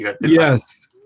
yes